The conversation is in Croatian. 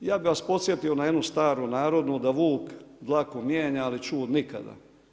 Ja bih vas podsjetio na jednu staru narodnu da vuk dlaku mijenja ali ćud nikada.